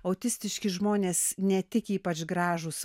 autistiški žmonės ne tik ypač gražūs